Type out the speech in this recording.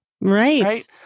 right